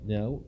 Now